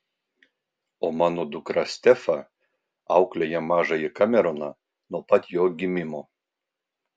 o mano dukra stefa auklėja mažąjį kameroną nuo pat jo gimimo